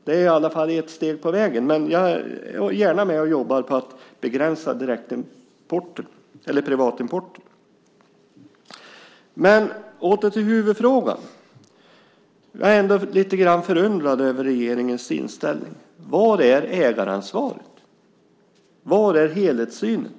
Det är i alla fall ett steg på vägen. Men jag är gärna med och jobbar för att begränsa privatimporten. Men åter till huvudfrågan. Jag är ändå lite förundrad över regeringens inställning. Var är ägaransvaret? Var är helhetssynen?